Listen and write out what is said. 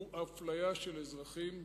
הוא אפליה של אזרחים,